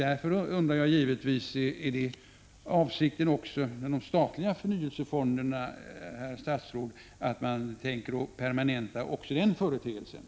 Därför undrar jag givetvis om detta är avsikten också med de statliga förnyelsefonderna. Tänker man permanenta dem också?